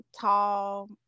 tall